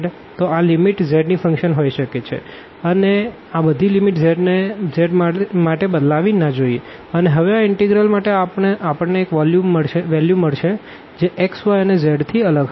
તો આ limit z ની ફંકશન હોઈ શકે છે આ બધી લિમિટ z માટે બદલાવી ના જોઈએ અને હવે આ ઇનટેગ્રલ માટે આપણને એક વેલ્યુ મળશે જે x y અને z થી અલગ હશે